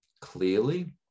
clearly